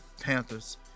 Panthers